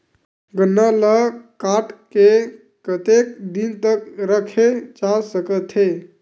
गन्ना ल काट के कतेक दिन तक रखे जा सकथे?